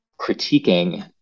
critiquing